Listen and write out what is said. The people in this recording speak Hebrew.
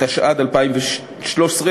התשע"ד 2013,